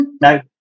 no